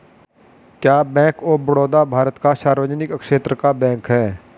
क्या bank of Baroda Bharat का सार्वजनिक क्षेत्र का बैंक है?